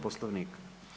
Poslovnika.